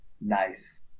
Nice